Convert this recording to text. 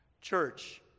church